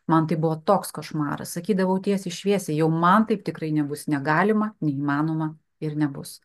man tai buvo toks košmaras sakydavau tiesiai šviesiai jau man taip tikrai nebus negalima neįmanoma ir nebus